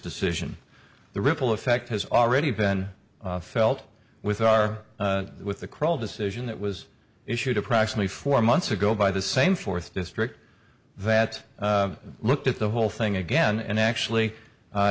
decision the ripple effect has already been felt with our with the crawl decision that was issued approximately four months ago by the same fourth district that looked at the whole thing again and actually